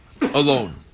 Alone